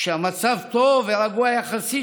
כשהמצב טוב ורגוע יחסית,